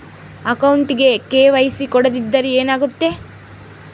ಅಕೌಂಟಗೆ ಕೆ.ವೈ.ಸಿ ಕೊಡದಿದ್ದರೆ ಏನಾಗುತ್ತೆ?